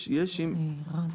יש פתרון